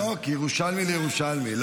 לא, כירושלמי לירושלמי.